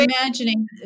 imagining